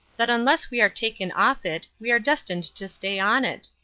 that unless we are taken off it we are destined to stay on it.